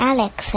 Alex